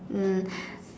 mm